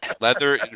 Leather